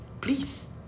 please